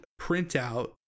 printout